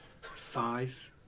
Five